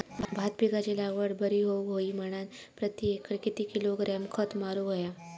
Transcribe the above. भात पिकाची लागवड बरी होऊक होई म्हणान प्रति एकर किती किलोग्रॅम खत मारुक होया?